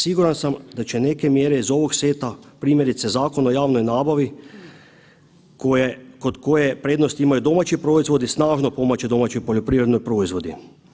Siguran sam da će neke mjere iz ovog seta, primjerice Zakon o javnoj nabavi kod koje prednosti imaju domaći proizvodi snažno pomaže domaćoj poljoprivrednoj proizvodnji.